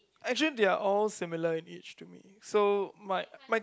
actually they are all similar in each to me so might might